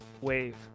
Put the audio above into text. wave